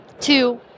two